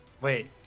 wait